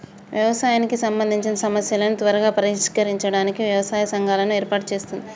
వ్యవసాయానికి సంబందిచిన సమస్యలను త్వరగా పరిష్కరించడానికి వ్యవసాయ సంఘాలను ఏర్పాటు చేస్తుంది